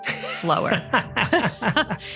slower